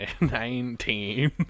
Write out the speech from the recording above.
Nineteen